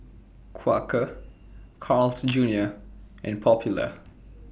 Quaker Carl's Junior and Popular